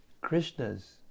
Krishna's